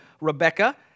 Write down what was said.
Rebecca